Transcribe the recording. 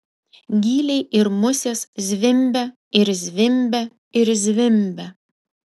gyliai ir musės zvimbia ir zvimbia ir zvimbia